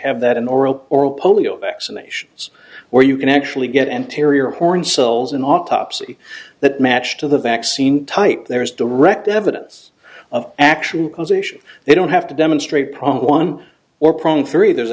have that in oral oral polio vaccinations where you can actually get anterior horn cells in autopsy that match to the vaccine type there is direct evidence of action causation they don't have to demonstrate problem one or prone three there's